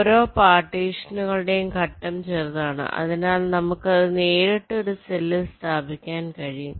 ഓരോ പാർട്ടീഷനുകളുടെയും ഘട്ടം ചെറുതാണ് അതിനാൽ നമുക്ക് അത് നേരിട്ട് ഒരു സെല്ലിൽ സ്ഥാപിക്കാൻ കഴിയും